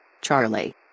Charlie